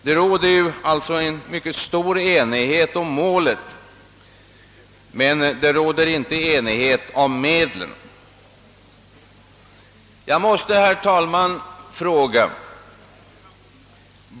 Det råder alltså enighet om målet men inte om medlen.